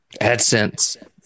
AdSense